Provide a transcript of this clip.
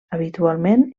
habitualment